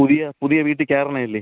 പുതിയ പുതിയ വീട്ടിൽ കേറണ അല്ലേ